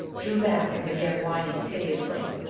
drew back and began whining piteously.